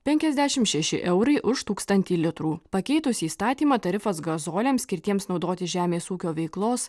penkiasdešimt šeši eurai už tūkstantį litrų pakeitus įstatymą tarifas gazoliams skirtiems naudoti žemės ūkio veiklos